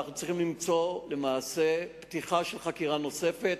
אנחנו צריכים למצוא למעשה פתיחה של חקירה נוספת,